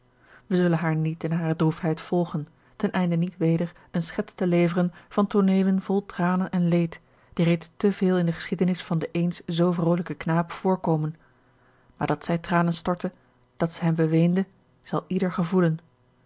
wij zullen haar niet in hare droefheid volgen ten einde niet weder eene schets te leveren van tooneelen vol tranen en leed die reeds te veel in de geschiedenis van den eens zoo vrolijken knaap voorkomen maar dat zij tranen stortte dat zij hem beweende zal ieder gevoelen